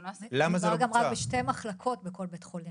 דובר גם רק בשתי מחלקות בכל בית חולים.